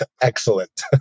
excellent